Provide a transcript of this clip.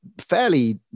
fairly